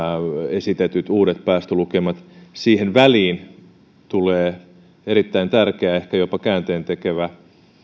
esitettyjen uusien päästölukemien väliin tulee erittäin tärkeä ehkä jopa käänteentekevä